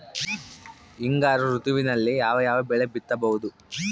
ಹಿಂಗಾರು ಋತುವಿನಲ್ಲಿ ಯಾವ ಯಾವ ಬೆಳೆ ಬಿತ್ತಬಹುದು?